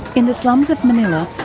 in the slums of manila,